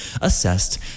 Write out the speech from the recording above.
assessed